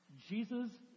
Jesus